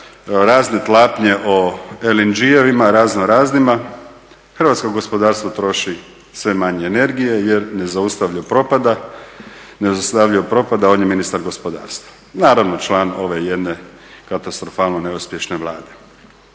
razne tlapnje o LNG-evima razno raznima, hrvatsko gospodarstvo troši sve manje energije jer nezaustavljivo propada, nezaustavljivo propada, a on je ministar gospodarstva, naravno član ove jedne katastrofalno neuspješne Vlade.